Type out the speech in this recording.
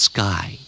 Sky